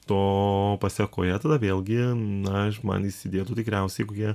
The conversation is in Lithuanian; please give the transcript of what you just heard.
to pasekoje tada vėlgi na man įsidėtų tikriausiai kokie